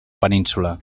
península